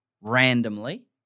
randomly